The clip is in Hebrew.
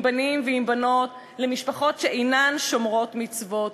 בנים ועם בנות למשפחות שאינן שומרות מצוות.